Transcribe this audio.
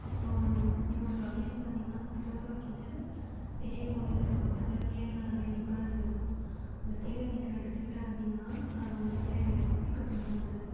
அப்புறம் என்னோடய லொக்கேஷன் பார்த்தீங்கன்னா திருவாரூர்கிட்ட பெரிய கோவிலுக்குப் பக்கத்தில் தேரெலாம் நிறையா நிற்கும்ல சார் அந்த தேர் நிற்கிற இடத்துக்கிட்ட வந்தீங்கன்னால் நாங்கள் வந்துட்டு பிக்கப் பண்ணிப்போம் சார்